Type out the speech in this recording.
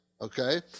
Okay